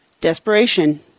Desperation